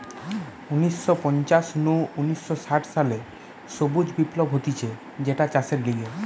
উনিশ শ পঞ্চাশ নু উনিশ শ ষাট সালে সবুজ বিপ্লব হতিছে যেটা চাষের লিগে